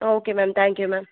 okay ma'am thank you ma'am